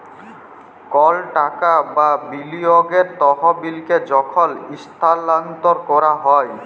call টাকা বা বিলিয়গের তহবিলকে যখল ইস্থালাল্তর ক্যরা হ্যয়